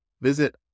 Visit